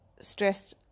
stressed